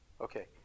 Okay